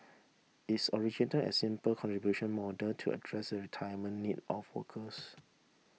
its originated as simple contribution model to address the retirement need of workers